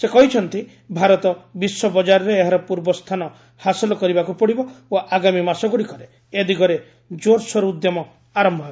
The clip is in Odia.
ସେ କହିଛନ୍ତି ଭାରତ ବିଶ୍ୱ ବଜାରରେ ଏହାର ପୂର୍ବ ସ୍ଥାନ ହାସଲ କରିବାକୁ ପଡ଼ିବ ଓ ଆଗାମୀ ମାସଗୁଡ଼ିକରେ ଏ ଦିଗରେ ଜୋରସୋର ଉଦ୍ୟମ ଆରମ୍ଭ ହେବ